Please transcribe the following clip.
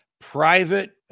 private